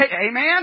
amen